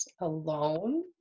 alone